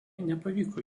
nepavyko